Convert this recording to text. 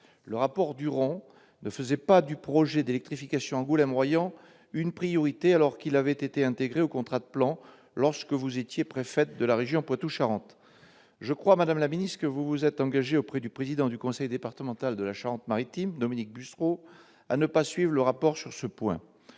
Le rapport Duron ne faisait pas du projet d'électrification Angoulême-Royan une priorité, alors que celui-ci avait été intégré au contrat de plan lorsque vous étiez préfète de la région Poitou-Charentes. Je crois, madame la ministre, que vous vous êtes engagée auprès du président du conseil départemental de la Charente-Maritime, Dominique Bussereau, à ne pas suivre le rapport sur ce point.